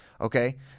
Okay